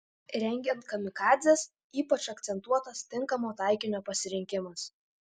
rengiant kamikadzes ypač akcentuotas tinkamo taikinio pasirinkimas